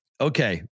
Okay